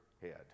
head